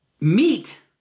meet